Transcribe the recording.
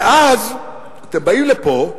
ואז אתם באים לפה,